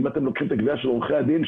אם אתם לוקחים את הגבייה של עורכי הדין,